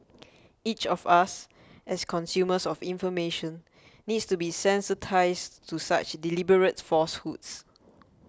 each of us as consumers of information needs to be sensitised to such deliberate falsehoods